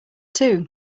too